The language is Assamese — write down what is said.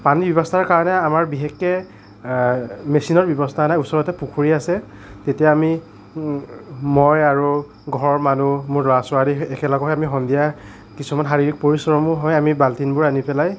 পানীৰ ব্যৱস্থাৰ কাৰণে আমাৰ বিশেষকৈ মেচিনৰ ব্যৱস্থা নাই ওচৰতে পুখুৰী আছে তেতিয়া আমি মই আৰু ঘৰৰ মানুহ মোৰ ল'ৰা ছোৱালী একেলগে আমি সন্ধিয়া কিছুমান শাৰীৰিক পৰিশ্ৰমো হয় আমি বালটিঙবোৰ আনি পেলাই